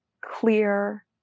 clear